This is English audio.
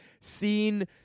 seen